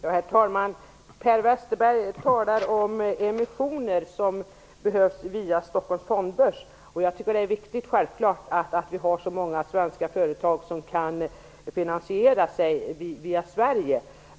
Herr talman! Per Westerberg talar om emissioner som behövs via Stockholms fondbörs. Jag tycker självklart att det är viktigt att vi har många svenska företag som kan finansiera sig via Sverige.